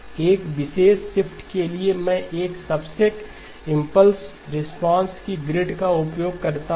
एक विशेष शिफ्ट के लिए मैं एक सबसेट इंपल्स रिस्पांस की ग्रिड का उपयोग करता हूं